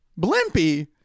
Blimpy